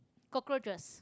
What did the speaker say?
cockroaches